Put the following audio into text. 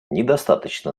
недостаточно